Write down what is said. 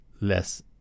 less